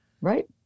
right